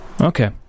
Okay